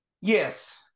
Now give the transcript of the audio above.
Yes